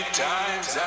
times